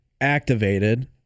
activated